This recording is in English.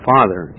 Father